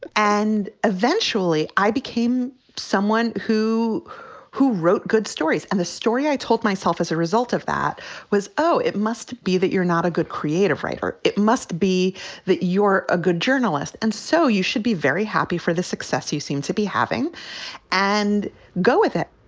and eventually i became someone who who wrote good stories. and the story i told myself as a result of that was, oh, it must be that you're not a good creative writer. it must be that you're a good journalist. and so you should be very happy for the success you seem to be having and go with it